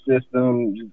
system